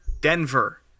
Denver